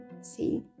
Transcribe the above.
see